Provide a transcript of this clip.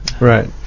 right